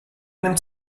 nimmt